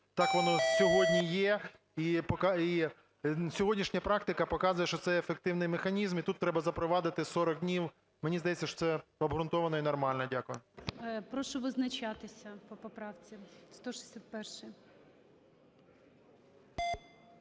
так воно сьогодні є. І сьогоднішня практика показує, що це ефективний механізм. І тут треба запровадити сорок днів, мені здається, що це обґрунтовано і нормально. Дякую. ГОЛОВУЮЧИЙ. Прошу визначатися по поправці. 161-а.